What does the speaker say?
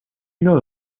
know